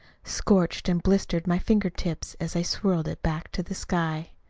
scorched and blistered my finger tips, as i swirled it back to the sky.